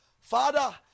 Father